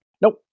Nope